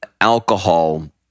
alcohol